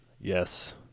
Yes